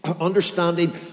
Understanding